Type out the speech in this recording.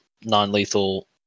non-lethal